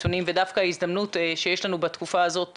נתונים ודווקא ההזדמנות שיש לנו בתקופה הזאת,